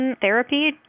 therapy